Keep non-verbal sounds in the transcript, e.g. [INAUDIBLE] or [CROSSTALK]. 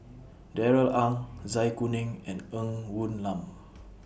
Darrell Ang Zai Kuning and Ng Woon Lam [NOISE]